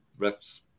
refs